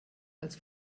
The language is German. als